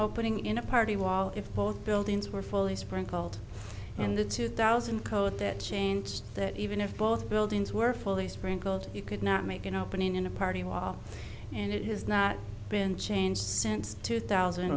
opening in a party wall if both buildings were fully sprinkled and the two thousand code that changed that even if both buildings were fully sprinkled you could not make an opening in a party well and it has not been changed since two thousand